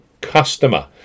customer